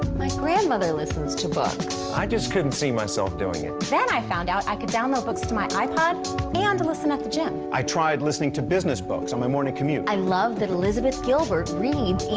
my grandmother listens to but i just couldn't see myself doing it. then i found out i could download books to my ipod and listen at the gym. i tried listening to business books on my morning commute. i loved that elizabeth gilbert reads, eat,